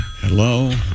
Hello